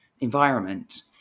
environment